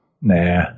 Nah